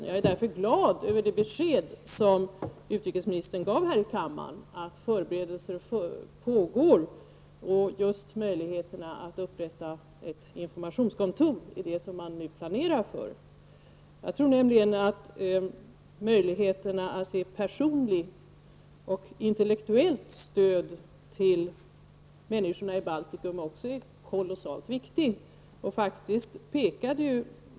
Jag är därför glad över det besked som utrikesministern gav här i kammaren om att förberedelser pågår och om att man just planerar för att upprätta ett informationskontor. Jag tror nämligen att möjligheterna att ge personligt och intellektuellt stöd till människorna i Baltikum är mycket viktiga.